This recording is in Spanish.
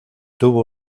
tuvo